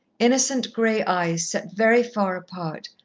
innocent grey eyes set very far apart,